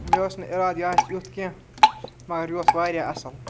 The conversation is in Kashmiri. مےٚ اوس نہٕ ارادہ یہِ آسہِ یُتھ کیٚنٛہہ مگر یہِ اوس واریاہ اصٕل